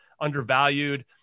undervalued